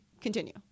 Continue